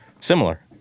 similar